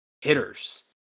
hitters